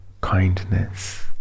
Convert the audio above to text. kindness